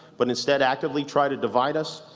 but instead, actively try to divide us,